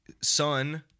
son